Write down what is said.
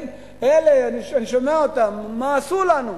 אלה, אני שומע אותם: מה עשו לנו?